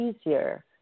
easier